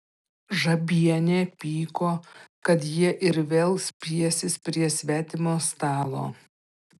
žabienė pyko kad jie ir vėl spiesis prie svetimo stalo